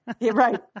Right